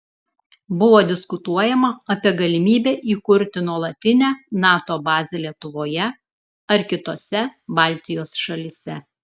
buvo diskutuojama apie galimybę įkurti nuolatinę nato bazę lietuvoje ar kitose baltijos šalyse